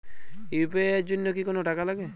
UPI এর জন্য কি কোনো টাকা লাগে?